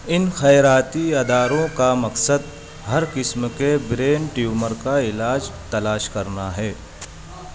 ان خیراتی اداروں کا مقصد ہر قسم کے برین ٹیومر کا علاج تلاش کرنا ہے